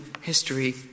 history